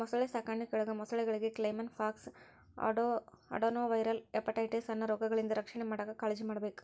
ಮೊಸಳೆ ಸಾಕಾಣಿಕೆಯೊಳಗ ಮೊಸಳೆಗಳಿಗೆ ಕೈಮನ್ ಪಾಕ್ಸ್, ಅಡೆನೊವೈರಲ್ ಹೆಪಟೈಟಿಸ್ ಅನ್ನೋ ರೋಗಗಳಿಂದ ರಕ್ಷಣೆ ಮಾಡಾಕ್ ಕಾಳಜಿಮಾಡ್ಬೇಕ್